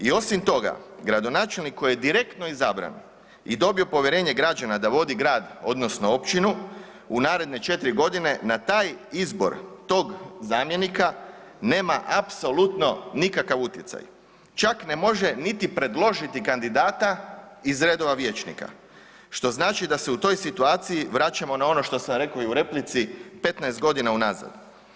I osim toga, gradonačelnik koji je direktno izabran i dobio povjerenje građana da vodi grad odnosno općinu u naredne četiri godine na taj izbor tog zamjenika nema apsolutno nikakav utjecaj, čak ne može niti predložiti kandidata iz redova vijećnika što znači da se u toj situaciji vraćamo na ono što sam rekao i u replici, 15 godina unazad.